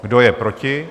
Kdo je proti?